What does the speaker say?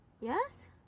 Yes